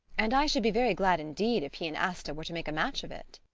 and i should be very glad indeed if he and asta were to make a match of it.